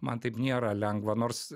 man taip nėra lengva nors